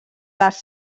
les